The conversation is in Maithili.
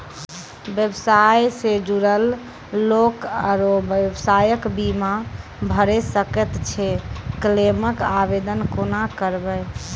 व्यवसाय सॅ जुड़ल लोक आर व्यवसायक बीमा भऽ सकैत छै? क्लेमक आवेदन कुना करवै?